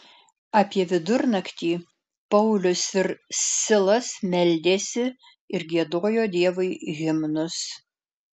apie vidurnaktį paulius ir silas meldėsi ir giedojo dievui himnus